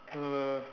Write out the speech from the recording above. uh